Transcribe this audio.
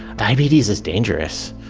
diabetes is dangerous!